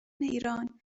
ایران